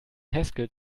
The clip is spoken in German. haskell